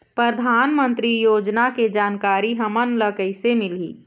परधानमंतरी योजना के जानकारी हमन ल कइसे मिलही?